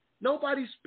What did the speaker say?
Nobody's